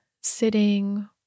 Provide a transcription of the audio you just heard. sitting